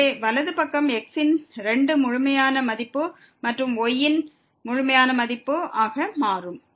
எனவே வலது பக்கம் x இன் 2 முழுமையான மதிப்பு மற்றும் y இன் முழுமையான மதிப்பு ஆக மாறும்